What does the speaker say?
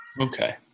Okay